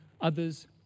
others